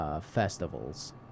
festivals